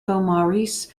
beaumaris